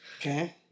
Okay